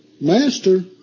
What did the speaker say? master